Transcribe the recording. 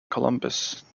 columbus